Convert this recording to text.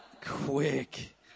Quick